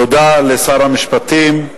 תודה לשר המשפטים,